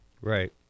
Right